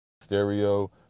stereo